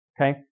okay